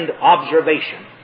observation